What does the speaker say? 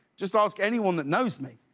just ask anyone that knows me.